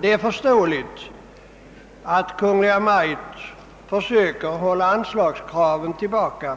Det är förståeligt att Kungl. Maj:t försöker hålla anslagskraven tillbaka